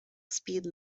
speed